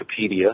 Wikipedia